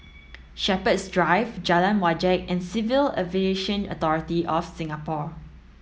Shepherds Drive Jalan Wajek and Civil Aviation Authority of Singapore